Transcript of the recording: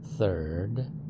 Third